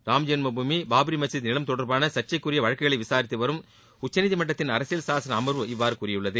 ராமஜென்ம பூமி பாப்ரி மசூதி நிலம் தொடா்பாள சா்சைக்குரிய வழக்குகளை விசாரித்து வரும் உச்சநீதிமன்றத்தின் அரசியல் சாசன அமா்வு இவ்வாறு கூறியுள்ளது